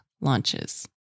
launches